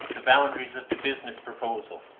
the boundaries of the business proposal.